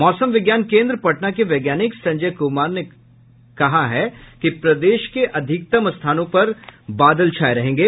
मौसम विज्ञान केन्द्र पटना के वैज्ञानिक संजय कुमार ने कहा है कि प्रदेश के अधिकतर स्थानों पर बादल छाये रहेंगे